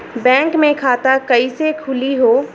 Bank मे खाता कईसे खुली हो?